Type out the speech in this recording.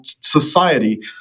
society